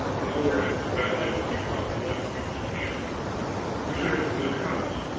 the lower end of the valley was become one huge camp we should have a good house,